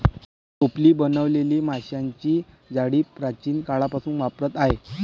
टोपली बनवलेली माशांची जाळी प्राचीन काळापासून वापरात आहे